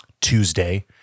Tuesday